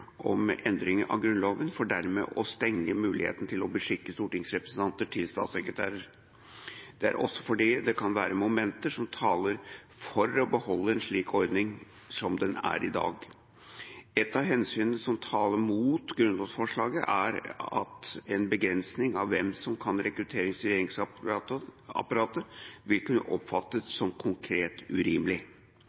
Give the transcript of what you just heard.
om endring av Grunnloven for dermed å stenge muligheten til å beskikke stortingsrepresentanter til statssekretærer. Det er også fordi det kan være momenter som taler for å beholde en slik ordning som den er i dag. Et av hensynene som taler mot grunnlovsforslaget, er at en begrensning av hvem som kan rekrutteres til regjeringsapparatet, vil kunne oppfattes som konkret urimelig.